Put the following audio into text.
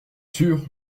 sûr